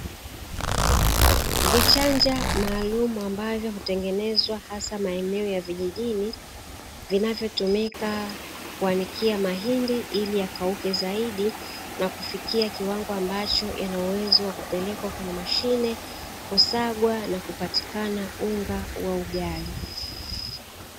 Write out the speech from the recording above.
vichanja maalum ambalo hutengenezwa hasa maeneo ya vijijini, vinavyotumika kuandikia mahindi ili yakauke zaidi na kufikia kiwango ambacho yana uwezo wa kupelekwa kwenye mashine kusagwa na kupatikana unga wa ugali.